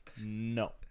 No